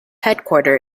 headquarter